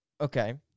Okay